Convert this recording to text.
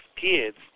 kids